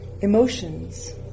Emotions